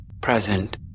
present